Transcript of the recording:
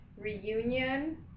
reunion